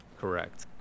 Correct